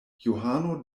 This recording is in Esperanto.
johano